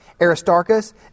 Aristarchus